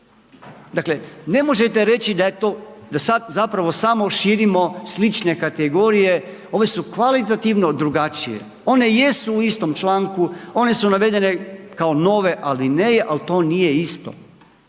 Dakle ne možete reći da je to, da sad zapravo samo širimo slične kategorije, ove su kvalitativno drugačije, one jesu u istom članku, one su navedene kao nove alineje ali to nije isto.